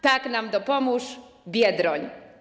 Tak nam dopomóż Biedroń!